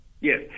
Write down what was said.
Yes